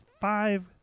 five